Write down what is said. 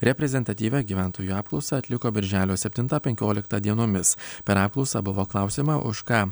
reprezentatyvią gyventojų apklausą atliko birželio septintą penkioliktą dienomis per apklausą buvo klausiama už ką